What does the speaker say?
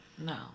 no